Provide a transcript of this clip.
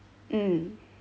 mm